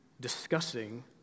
discussing